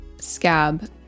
scab